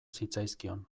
zitzaizkion